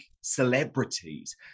celebrities